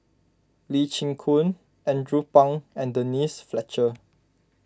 Lee Chin Koon Andrew Phang and Denise Fletcher